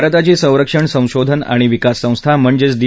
भारताची संरक्षण संशोधन आणि विकास संस्था म्हणजेच डी